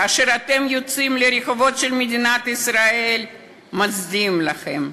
כשאתם יוצאים לרחובות מדינת ישראל מצדיעים לכם,